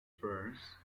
france